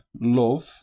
love